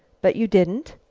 but you didn't?